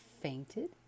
fainted